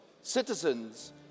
citizens